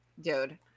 dude